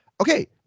okay